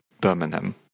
Birmingham